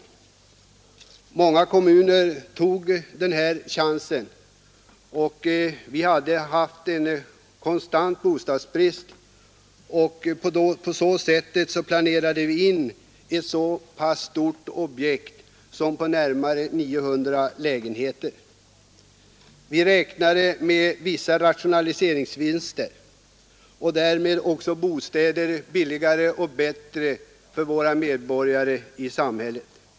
Många kommuner tog den chansen. I min hemkommun, där vi hade haft en konstant bostadsbrist, planerade vi in ett så pass stort objekt som ett område på närmare 900 lägenheter. Vi räknade med vissa rationaliseringsvinster och därmed också billigare och bättre bostäder för kommunens invånare.